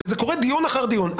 וזה קורה דיון אחר דיון.